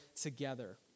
together